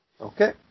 Okay